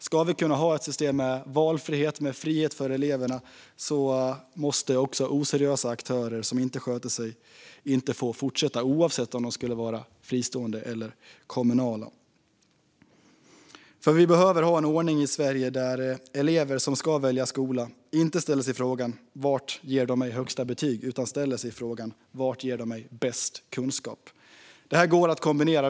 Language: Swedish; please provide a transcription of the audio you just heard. Ska vi ha ett system med valfrihet för elever kan oseriösa aktörer som missköter sig inte få fortsätta verka, oavsett om de är fristående eller kommunala. Vi ska ha en ordning i Sverige där elever som ska välja skola inte ställer sig frågan "Var ger de mig högst betyg?" utan "Var ger de mig bäst kunskap?". Detta går att kombinera.